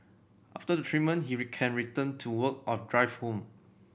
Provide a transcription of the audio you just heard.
after the treatment he can return to work or drive home